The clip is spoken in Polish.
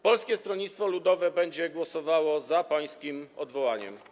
Polskie Stronnictwo Ludowe będzie głosowało za pańskim odwołaniem.